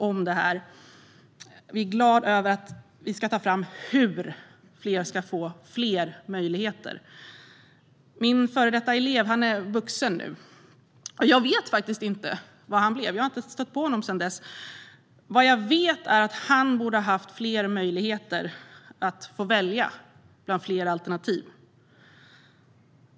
Jag är glad över att vi ska ta fram hur fler ska få fler möjligheter. Min före detta elev är vuxen nu. Jag vet faktiskt inte vad han blev. Jag har inte stött på honom sedan dess. Vad jag vet är att han borde ha haft fler möjligheter att välja bland fler alternativ.